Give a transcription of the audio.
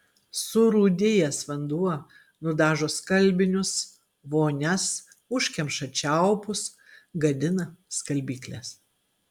surūdijęs vanduo nudažo skalbinius vonias užkemša čiaupus gadina skalbykles